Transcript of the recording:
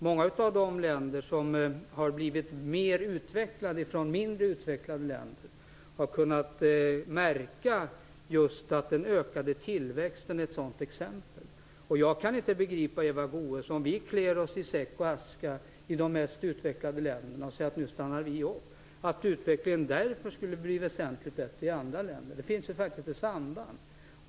Många av de länder som från att ha varit mindre utvecklade länder nu är mera utvecklade har kunnat märka just att den ökade tillväxten är ett exempel i sammanhanget. Jag kan inte begripa att utvecklingen skulle bli väsentligt bättre i andra länder om vi i de mest utvecklade länderna klär oss i säck och aska och säger att nu stannar vi upp. Det finns ju ett samband här.